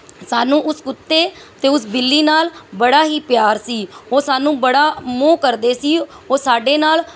ਸਾਨੂੰ ਉਸ ਕੁੱਤੇ ਅਤੇ ਉਸ ਬਿੱਲੀ ਨਾਲ ਬੜਾ ਹੀ ਪਿਆਰ ਸੀ ਉਹ ਸਾਨੂੰ ਬੜਾ ਮੋਹ ਕਰਦੇ ਸੀ ਉਹ ਸਾਡੇ ਨਾਲ ਬਹੁਤ